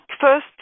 first